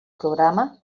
programa